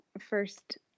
first